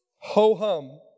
ho-hum